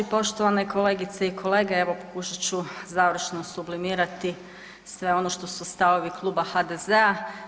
Poštovane kolegice i kolege, evo pokušat ću završno sublimirati sve ono što su stavovi Kluba HDZ-a.